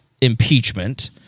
impeachment